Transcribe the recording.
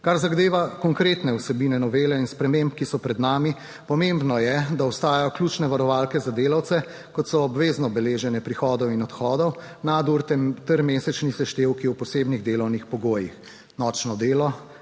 Kar zadeva konkretne vsebine novele in sprememb, ki so pred nami, pomembno je, da ostajajo ključne varovalke za delavce, kot so obvezno beleženje prihodov in odhodov, nadur ter mesečni seštevki v posebnih delovnih pogojih - nočno delo,